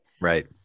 Right